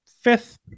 fifth